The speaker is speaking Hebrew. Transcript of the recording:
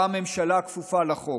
שבה הממשלה כפופה לחוק.